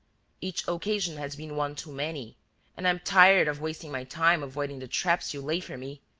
each occasion has been one too many and i am tired of wasting my time avoiding the traps you lay for me.